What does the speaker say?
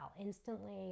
Instantly